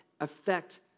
affect